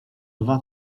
dwa